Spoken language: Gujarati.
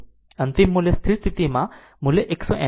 અંતિમ મૂલ્ય સ્થિર સ્થિતિમાં મૂલ્ય 180 વોલ્ટ છે